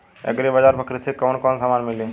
Agri बाजार पर कृषि के कवन कवन समान मिली?